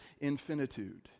infinitude